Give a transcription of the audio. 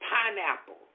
Pineapple